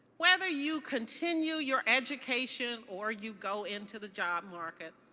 whether you continue your education or you go into the job market.